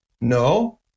No